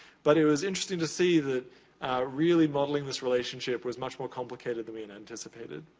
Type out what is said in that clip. but it was interesting to see that really modeling this relationship was much more complicated than we and anticipated.